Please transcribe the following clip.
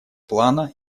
плана